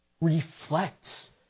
reflects